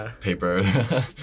paper